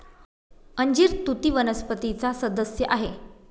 अंजीर तुती वनस्पतीचा सदस्य आहे